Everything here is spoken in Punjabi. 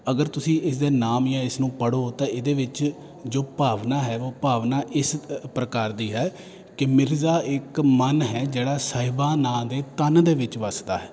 ਅਗਰ ਤੁਸੀਂ ਇਸ ਦੇ ਨਾਮ ਜਾਂ ਇਸ ਨੂੰ ਪੜ੍ਹੋ ਤਾਂ ਇਹਦੇ ਵਿੱਚ ਜੋ ਭਾਵਨਾ ਹੈ ਉਹ ਭਾਵਨਾ ਇਸ ਪ੍ਰਕਾਰ ਦੀ ਹੈ ਕਿ ਮਿਰਜ਼ਾ ਇੱਕ ਮਨ ਹੈ ਜਿਹੜਾ ਸਾਹਿਬਾਂ ਦੇ ਤਨ ਦੇ ਵਿੱਚ ਵੱਸਦਾ ਹੈ